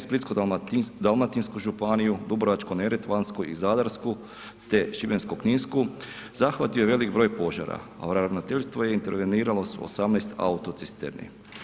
Splitsko-dalmatinsku županiju, Dubrovačko-neretvansku i Zadarsku te Šibensko-kninsku zahvatio je velik broj požara a ravnateljstvo je interveniralo sa 18 autocisterni.